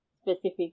specific